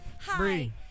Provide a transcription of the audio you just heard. Hi